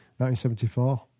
1974